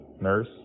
nurse